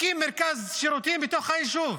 תקים מרכז שירותים בתוך היישוב.